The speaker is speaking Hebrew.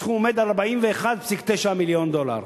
הסכום הוא 41.9 מיליון דולר,